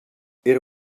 era